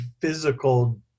physical